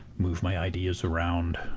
move my ideas around,